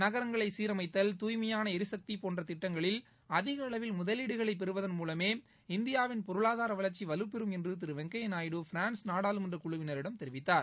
நகரங்களை சீர்மைத்தல் தூய்மையான எரிசக்தி போன்ற திட்டங்களில் அதிக அளவில் முதலீடுகளை பெறுவதன் மூலமே இந்தியாவின் பொருளாதார வளர்ச்சி வலுப்பெறும் என்று திரு வெங்கய்யா நாயுடு பிரான் நாடாளுமன்றக் குழுவினரிடம் தெரிவித்தார்